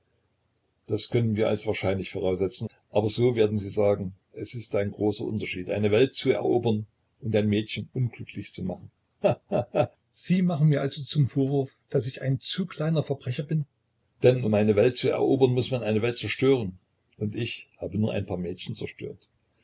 das können wir als wahrscheinlich voraussetzen aber so werden sie sagen es ist ein großer unterschied eine welt zu erobern und ein mädchen unglücklich zu machen he he he sie machen mir also zum vorwurf daß ich ein zu kleiner verbrecher bin denn um eine welt zu erobern muß man eine welt zerstören und ich habe nur ein paar mädchen zerstört